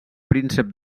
príncep